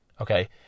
okay